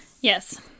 Yes